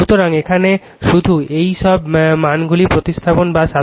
সুতরাং এখানে শুধু এই সব মানগুলি প্রতিস্থাপন বা সাবস্টিটিউট করুন